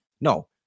no